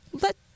let